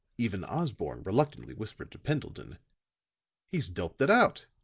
even osborne reluctantly whispered to pendleton he's doped it out.